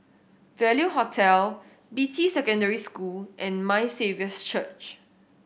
Value Hotel Beatty Secondary School and My Saviour's Church